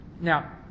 Now